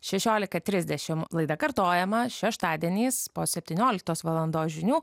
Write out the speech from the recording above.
šešiolika trisdešim laida kartojama šeštadieniais po septynioliktos valandos žinių